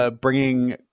Bringing